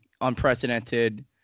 unprecedented